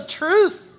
truth